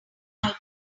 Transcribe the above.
out